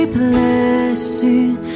blessing